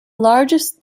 largest